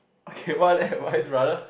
okay what that what's it brother